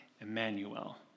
Emmanuel